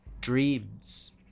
Dreams